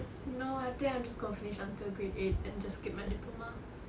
no I think I'm just gonna finish until grade eight and just skip my diploma